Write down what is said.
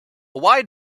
wide